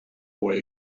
boy